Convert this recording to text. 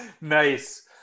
Nice